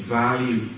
value